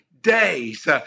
days